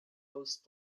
host